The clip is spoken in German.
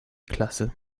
klasse